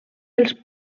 els